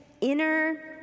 Inner